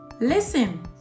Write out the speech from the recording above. listen